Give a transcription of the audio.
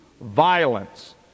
violence